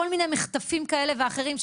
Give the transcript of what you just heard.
כל מיני מחטפים כאלה ואחרים,